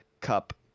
cup